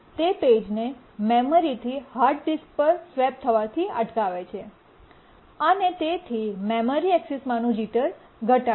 તે પેજને મેમરીથી હાર્ડ ડિસ્ક પર સ્વેપ થવાથી અટકાવે છે અને તેથી મેમરી ઍક્સેસ માંનું જીટર ઘટાડે છે